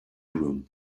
room